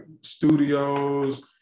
studios